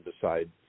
decide